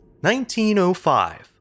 1905